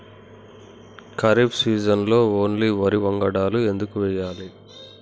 ఖరీఫ్ సీజన్లో ఓన్లీ వరి వంగడాలు ఎందుకు వేయాలి?